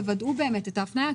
תוודאו את ההפניה.